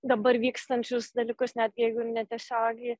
dabar vykstančius dalykus net jeigu ir netiesiogiai